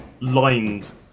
lined